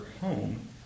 home